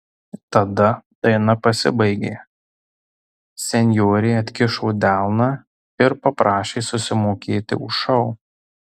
tada daina pasibaigė senjorė atkišo delną ir paprašė susimokėti už šou